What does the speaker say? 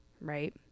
Right